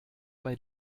bei